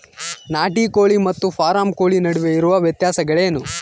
ನಾಟಿ ಕೋಳಿ ಮತ್ತು ಫಾರಂ ಕೋಳಿ ನಡುವೆ ಇರುವ ವ್ಯತ್ಯಾಸಗಳೇನು?